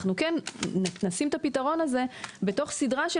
אנחנו כן נשים את הפתרון הזה בתוך סדרה של